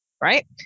Right